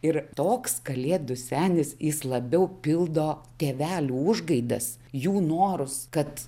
ir toks kalėdų senis jis labiau pildo tėvelių užgaidas jų norus kad